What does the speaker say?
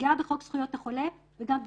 דוברי חטיבות ופיקודים.